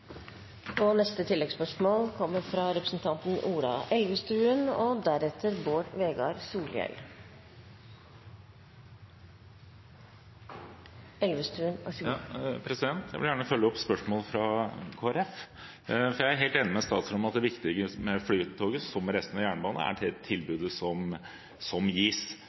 Ola Elvestuen – til oppfølgingsspørsmål. Jeg vil gjerne følge opp spørsmålet fra Kristelig Folkeparti. Jeg er helt enig med statsråden i at det viktige med Flytoget, som med resten av jernbanen, er det tilbudet som gis. Nå er vi inne i en prosess hvor man skal se på hele organiseringen av norsk jernbane, som